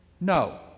no